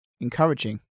Encouraging